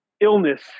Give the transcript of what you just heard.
illness